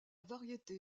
variété